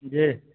जी